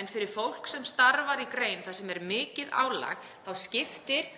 en fyrir fólk sem starfar í grein þar sem er mikið álag þá skiptir